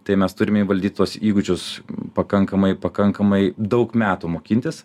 tai mes turime įvaldyt tuos įgūdžius pakankamai pakankamai daug metų mokintis